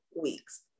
weeks